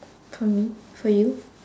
come again for you